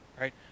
right